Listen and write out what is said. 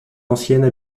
anciennes